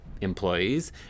employees